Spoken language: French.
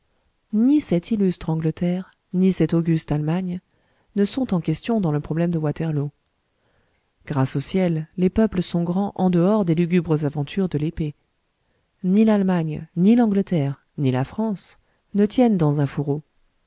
ni cette illustre angleterre ni cette auguste allemagne ne sont en question dans le problème de waterloo grâce au ciel les peuples sont grands en dehors des lugubres aventures de l'épée ni l'allemagne ni l'angleterre ni la france ne tiennent dans un fourreau